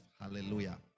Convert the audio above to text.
Hallelujah